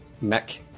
mech